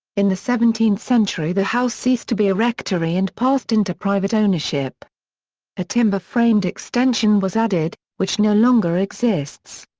in the seventeenth century the house ceased to be a rectory and passed into private ownership a timber-framed extension was added, which no longer exists.